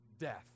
death